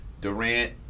Durant